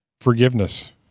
forgiveness